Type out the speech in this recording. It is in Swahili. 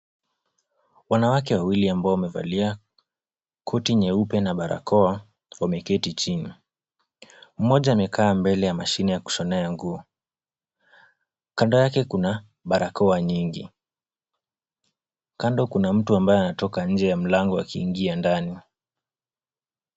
Wanawake wawili ambao wamevalia , koti nyeupe na barakoa wameketi chini. Mmoja amekaa mbele ya mashine ya kushonea ya nguo . Kando yake kuna barakoa nyingi . Kando kuna mtu ambaye anatoka nje ya mlango akiingia ndani.